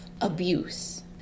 abuse